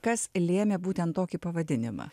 kas lėmė būtent tokį pavadinimą